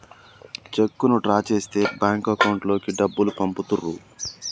చెక్కును డ్రా చేస్తే bank account లోకి డబ్బులు పంపుతుర్రు